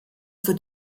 wird